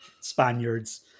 Spaniards